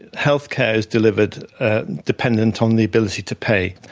health care is delivered dependent on the ability to pay.